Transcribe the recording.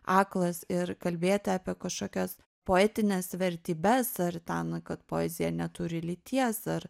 aklas ir kalbėti apie kažkokias poetines vertybes ar ten na kad poezija neturi lyties ar